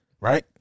Right